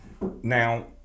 Now